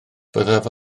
byddaf